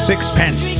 Sixpence